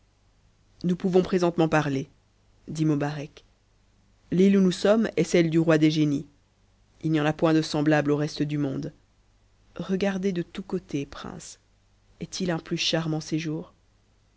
nous pouvons présentement parler dit mobarec l'îte où nous sommes est celle du roi des génies il n'y en a point de semblables au reste du monde regardez de tous côtés prince est-il un plus charmant séjour